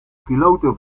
pilote